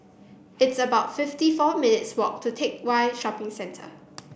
it's about fifty four minutes' walk to Teck Whye Shopping Centre